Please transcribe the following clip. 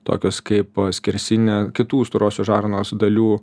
tokios kaip skersinė kitų storosios žarnos dalių